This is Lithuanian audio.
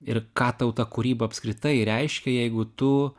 ir ką tau ta kūryba apskritai reiškia jeigu tu